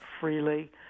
freely